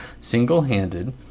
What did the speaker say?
single-handed